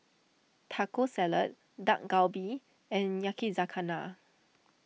Taco Salad Dak Galbi and Yakizakana